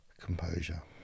Composure